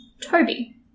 Toby